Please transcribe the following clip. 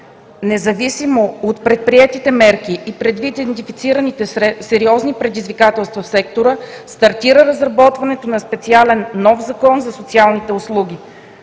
Независимо от предприетите мерки и предвид идентифицираните сериозни предизвикателства в сектора, стартира разработването на специален нов Закон за социалните услуги.